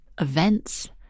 events